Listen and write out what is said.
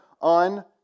on